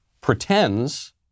pretends